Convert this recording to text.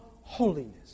Holiness